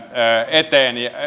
eteen ja